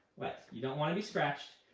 what? you don't want to be scratched.